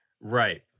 Right